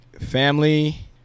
Family